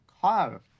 car